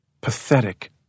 pathetic